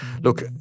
look